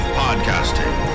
podcasting